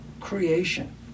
creation